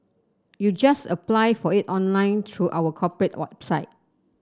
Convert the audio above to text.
you just apply for it online through our corporate website